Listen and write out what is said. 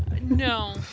No